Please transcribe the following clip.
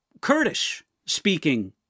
Kurdish-speaking